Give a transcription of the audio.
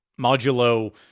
modulo